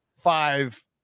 five